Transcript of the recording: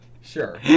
sure